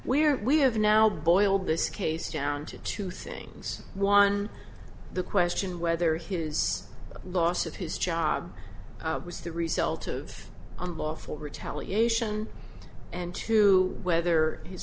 where we have now boiled this case down to two things one the question whether his loss of his job was the result of unlawful retaliation and to whether h